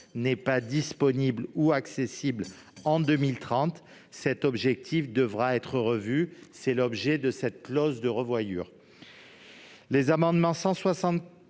n'est pas disponible ou accessible en 2030, l'objectif devra être revu. C'est le sens de la clause de revoyure.